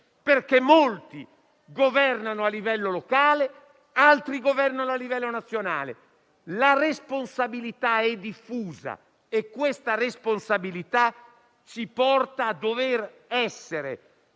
perché molti governano a livello locale, altri governano a livello nazionale; la responsabilità è diffusa e ci porta a dover essere